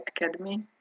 academy